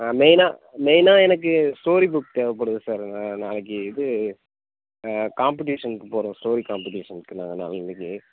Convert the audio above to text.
ஆ மெயின்னாக மெயின்னாக எனக்கு ஸ்டோரி புக் தேவைப்படுது சார் நாளைக்கு இது காம்ப்பெட்டிஷன்க்கு போகிறோம் ஸ்டோரி காம்ப்பெட்டிஷன்க்கு நாங்கள் நாளைன்னிக்கு